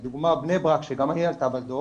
לדוגמה בני ברק שגם היא עלתה בדו"ח,